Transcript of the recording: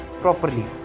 properly